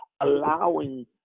allowing